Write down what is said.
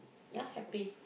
ya happy